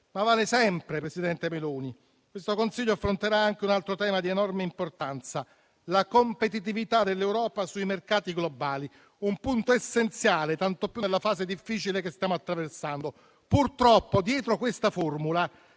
ma vale sempre, presidente Meloni. Questo Consiglio affronterà anche un altro tema di enorme importanza: la competitività dell'Europa sui mercati globali, un punto essenziale, tanto più nella fase difficile che stiamo attraversando. Purtroppo dietro questa formula